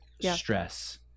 stress